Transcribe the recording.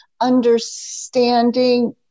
understanding